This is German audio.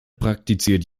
praktiziert